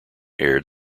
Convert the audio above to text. aired